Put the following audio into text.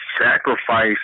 sacrifice